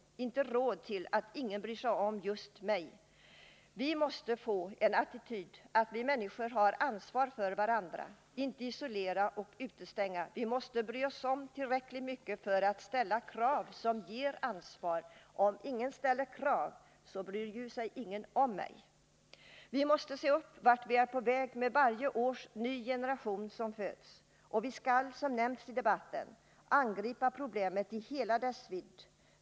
Vi har inte råd att låta någon tycka: Ingen bryr sig om just mig. Vi måste få en annan inställning och få bort attityden att isolera och utestänga. Vi människor har ansvar för Nr 54 varandra. Vi måste oc bry oss om varandra tillräckligt mycket för att ställa krav på ansvar. Om ingen ställer krav på dig, så bryr sig ju ingen om dig! Vi måste även se upp med vart vi är på väg med varje års nya generation som föds, och, såsom nämnts i debatten, angripa problemet i hela dess vidd.